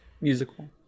Musical